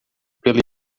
pela